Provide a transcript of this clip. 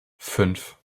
fünf